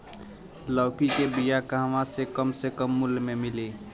लौकी के बिया कहवा से कम से कम मूल्य मे मिली?